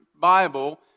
Bible